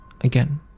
again